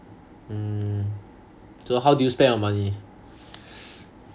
hmm so how do you spend your money